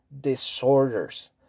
disorders